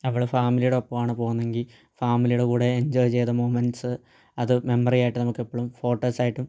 അവൾ ഫാമിലീടെ ഒപ്പമാണ് പോകുന്നെങ്കിൽ ഫാമിലിയുടെ കൂടെ എൻജോയ് ചെയ്ത് മുമന്റ്സ് അത് മെമ്മറിയായിട്ട് നമുക്കെപ്പോഴും ഫോട്ടോസായിട്ടും